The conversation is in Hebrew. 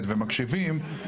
אני צריכה לבדוק את זה.